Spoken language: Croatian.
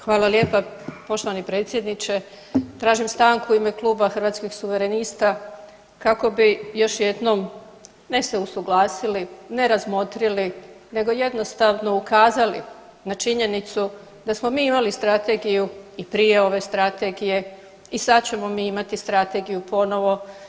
Hvala lijepa poštovani predsjedniče, tražim stranku u ime Kluba Hrvatskih suverenista kako bi još jednom, ne se usuglasili, ne razmotrili nego jednostavno ukazali na činjenicu da smo mi imali strategiju i prije ove Strategije i sad ćemo mi imati strategiju ponovo.